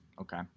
okay